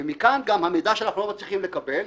ומכאן גם המידע שאנחנו לא מצליחים לקבל,